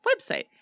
website